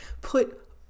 put